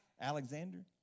Alexander